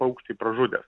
paukštį pražudęs